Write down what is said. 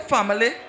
Family